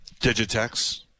Digitex